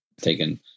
taken